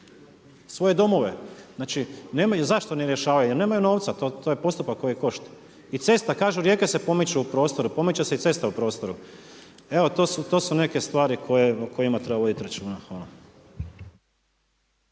nemaju zašto, ne rješavaju jer nemaju novca. To je postupak koji košta. I cesta, kažu rijeke se pomiču u prostoru, pomiče se i cesta u prostoru. Evo to su neke stvari o kojima treba voditi računa.